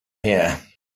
here